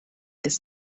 this